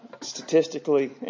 Statistically